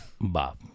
Bob